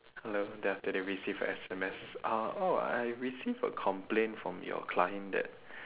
hello then after that they receive S_M_S ah oh I received a complaint from your client that